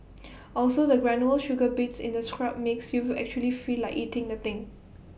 also the granular sugar bits in the scrub makes you actually feel like eating the thing